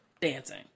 dancing